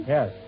Yes